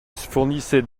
fournissait